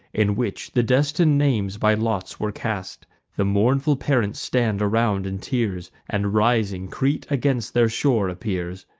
in which the destin'd names by lots were cast the mournful parents stand around in tears, and rising crete against their shore appears.